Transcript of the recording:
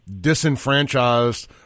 disenfranchised